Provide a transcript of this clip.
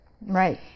Right